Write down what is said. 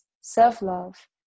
self-love